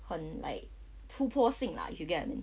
很 like 突破性 lah if you get what I mean